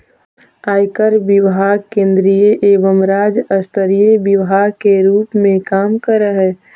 आयकर विभाग केंद्रीय एवं राज्य स्तरीय विभाग के रूप में काम करऽ हई